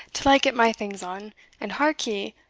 till i get my things on and hark ye,